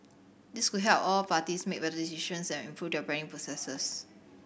this could help all parties make better decisions and improve their planning processes